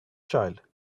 child